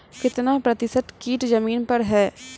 कितना प्रतिसत कीट जमीन पर हैं?